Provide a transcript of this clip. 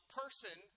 person